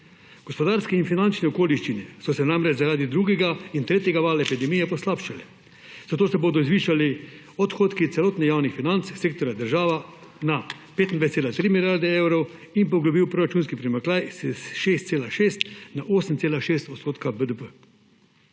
Gospodarske in finančne okoliščine so se namreč zaradi drugega in tretjega vala epidemije poslabšale, zato se bodo zvišali odhodki celotnih javnih financ sektorja država na 25,3 milijarde evrov in poglobil proračunski primanjkljaj s 6,6 na 8,6 % BDP.